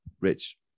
Rich